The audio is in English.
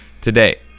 Today